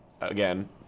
Again